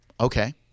Okay